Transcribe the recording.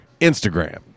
Instagram